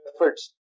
efforts